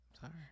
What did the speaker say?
Sorry